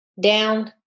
down